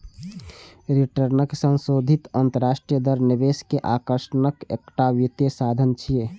रिटर्नक संशोधित आंतरिक दर निवेश के आकर्षणक एकटा वित्तीय साधन छियै